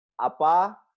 Apa